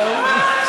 עוד לא דיברת,